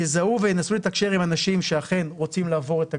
יזהו וינסו לתקשר עם אנשים שאכן רוצים לעבור את הגבול,